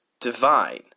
divine